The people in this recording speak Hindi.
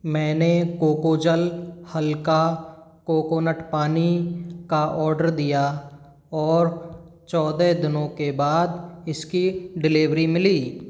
मैंने कोकोजल हल्का कोकोनट पानी का ऑर्डर दिया और चौदह दिनों के बाद इसकी डिलिवरी मिली